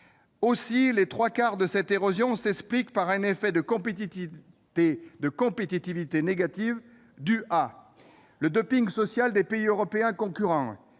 pays. Les trois quarts de cette érosion s'expliquent par un effet de compétitivité négatif dû, premièrement, au dumping social des pays européens concurrents-